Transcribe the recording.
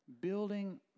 Building